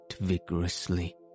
vigorously